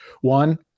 one